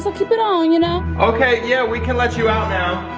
so keep it on, you know. okay, yeah, we can let you out now,